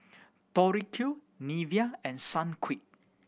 Tori Q Nivea and Sunquick